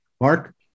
Mark